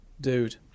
Dude